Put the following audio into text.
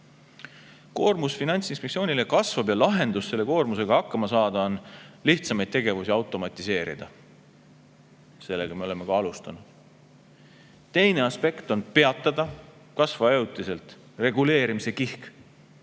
Koormus Finantsinspektsioonile kasvab ja lahendus selle koormusega hakkama saada on lihtsamaid tegevusi automatiseerida. Sellega me oleme ka alustanud. Teine aspekt on peatada kas või ajutiselt reguleerimise kihk,